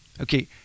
Okay